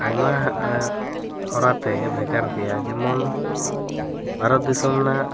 ᱟᱭᱢᱟ ᱦᱚᱨᱟ ᱛᱮ ᱵᱷᱮᱜᱟᱨ ᱜᱮᱭᱟ ᱡᱮᱢᱚᱱ ᱵᱷᱟᱨᱚᱛ ᱫᱤᱥᱟᱚᱢ ᱨᱮᱱᱟᱜ